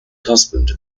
husband